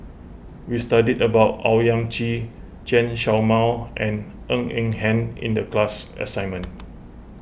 we studied about Owyang Chi Chen Show Mao and Ng Eng Hen in the class assignment